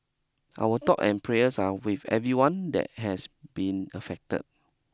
our thought and prayers are with everyone that has been affected